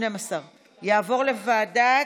12. יעבור לוועדת,